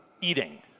eating